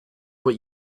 what